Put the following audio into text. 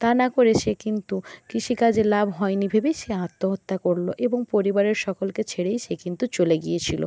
তা না করে সে কিন্তু কৃষিকাজে লাভ হয়নি ভেবেই সে আত্মহত্যা করল এবং পরিবারের সকলকে ছেড়েই সে কিন্তু চলে গিয়েছিল